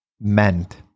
meant